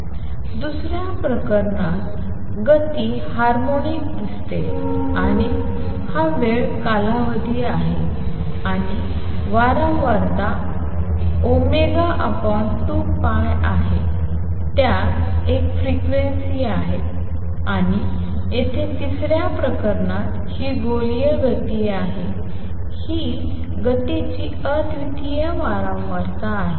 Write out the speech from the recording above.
दुसऱ्या प्रकरणात गती हार्मोनिक दिसते आणि हा वेळ कालावधी आहे आणि वारंवारता ω2π आहे त्यात एक फ्रिक्वेन्सी आहे आणि येथे तिसऱ्या प्रकरणात ही गोलाकार गती आहे ही गतीची अद्वितीय वारंवारता आहे